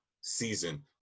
season